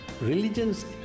Religion's